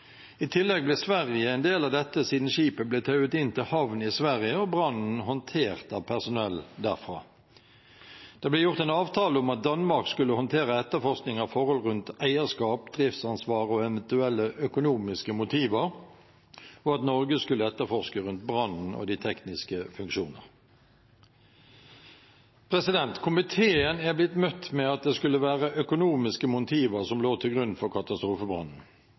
I tillegg ble Sverige en del av dette siden skipet ble tauet inn til havn i Sverige, og brannen håndtert av personell derfra. Det ble gjort en avtale om at Danmark skulle håndtere etterforskning av forhold rundt eierskap, driftsansvar og eventuelle økonomiske motiver, og at Norge skulle etterforske rundt brannen og de tekniske funksjoner. Komiteen er blitt møtt med at det skulle være økonomiske motiver som lå til grunn for katastrofebrannen.